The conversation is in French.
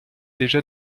déjà